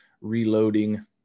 reloading